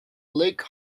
lake